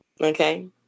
okay